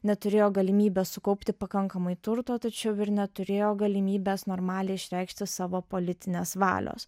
neturėjo galimybės sukaupti pakankamai turto tačiau ir neturėjo galimybės normaliai išreikšti savo politinės valios